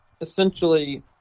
essentially